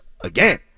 again